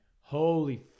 Holy